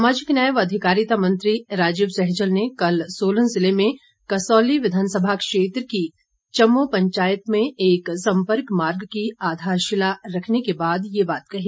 सामाजिक न्याय व अधिकारिता मंत्री राजीव सहजल ने कल सोलन जिले में कसौली विधानसभा क्षेत्र की चम्मो पंचायत में एक संपर्क मार्ग की आधारशिला रखने के बाद ये बात कही